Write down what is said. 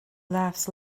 laughs